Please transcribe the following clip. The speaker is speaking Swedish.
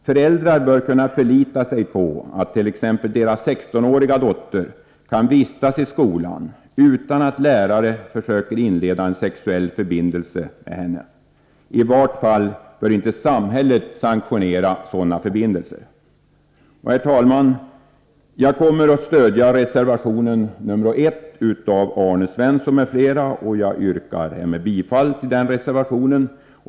Föräldrar bör kunna förlita sig på att t.ex. deras 16-åriga dotter kan vistas i skolan utan att lärare försöker inleda en sexuell förbindelse med henne. I vart fall bör inte samhället sanktionera sådana förbindelser.” Herr talman! Jag kommer att stödja reservation 1 av Arne Svensson m.fl., och jag yrkar härmed bifall till denna reservation.